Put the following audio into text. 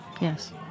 yes